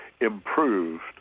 improved